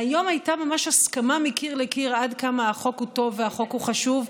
והיום הייתה ממש הסכמה מקיר לקיר עד כמה החוק הוא טוב והחוק הוא חשוב.